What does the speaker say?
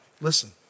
Listen